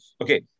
Okay